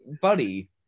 buddy